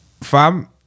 fam